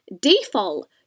default